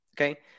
okay